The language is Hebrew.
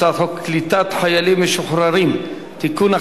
הצעת חוק קליטת חיילים משוחררים (תיקון,